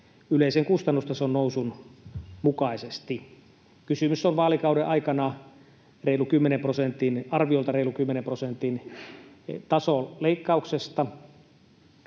yleisen kustannustason nousun mukaisesti. Kysymys on vaalikauden aikana arviolta reilun kymmenen prosentin tasoleikkauksesta,